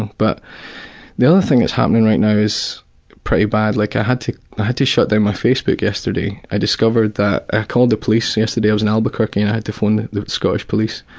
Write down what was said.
but the other thing that's happening right now is pretty bad. like i had to had to shut down my facebook yesterday. i discovered that. i called the police yesterday, i was in albuquerque and i had to phone the scottish police.